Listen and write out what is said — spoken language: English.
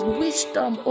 wisdom